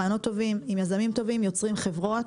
רעיונות טובים עם יזמים טובים יוצרים חברות